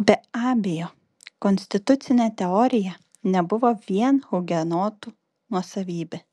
be abejo konstitucinė teorija nebuvo vien hugenotų nuosavybė